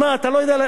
שמע, אתה לא יודע.